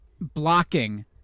blocking